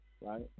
right